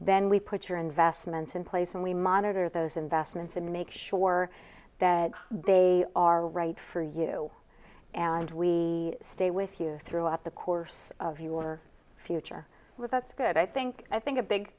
then we put your investments in place and we monitor those investments and make sure that they are right for you and we stay with you throughout the course of your future with that's good i think i think a big